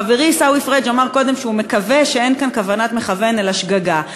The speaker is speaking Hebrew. חברי עיסאווי פריג' אמר קודם שהוא מקווה שאין כאן כוונת מכוון אלא שגגה.